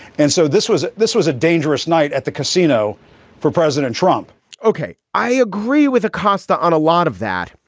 and so this was this was a dangerous night at the casino for president trump ok, i agree with acosta on a lot of that.